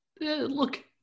look